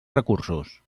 recursos